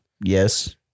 Yes